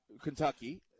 Kentucky